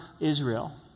Israel